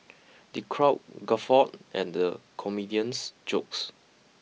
the crowd guffawed and the comedian's jokes